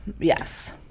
Yes